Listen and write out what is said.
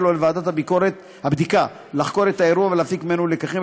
או לוועדת הבדיקה לחקור את האירוע ולהפיק ממנו לקחים,